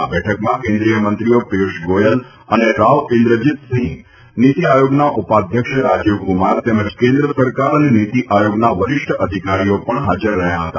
આ બેઠકમાં કેન્દ્રિય મંત્રીઓ પિયૂષ ગોયલ અને રાવ ઇન્દ્રજીતસિંહ નીતિ આયોગના ઉપાધ્યક્ષ રાજીવક્રમાર તેમજ કેન્દ્ર સરકાર અને નીતિ આયોગના વરિષ્ઠ અધિકારીઓ પણ હાજર રહ્યા હતા